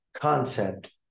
concept